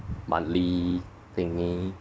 monthly thingy